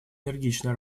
энергично